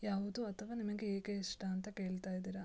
ಯಾವುದು ಅಥವ ನಮಗೆ ಏಕೆ ಇಷ್ಟ ಅಂತ ಕೇಳ್ತಾ ಇದೀರ